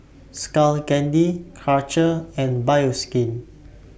Skull Candy Karcher and Bioskin